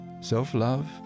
self-love